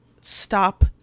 Stop